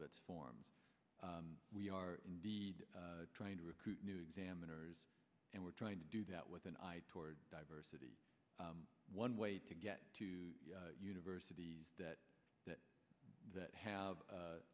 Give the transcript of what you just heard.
of its forms we are indeed trying to recruit new examiners and we're trying to do that with an eye toward diversity one way to get to universities that that that have